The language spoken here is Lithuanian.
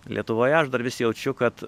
lietuvoje aš dar vis jaučiu kad